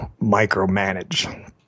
micromanage